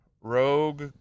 Rogue